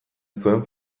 zuen